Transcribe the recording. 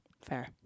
Fair